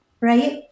right